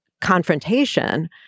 confrontation